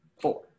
four